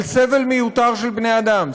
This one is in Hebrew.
סבל מיותר של בני-אדם,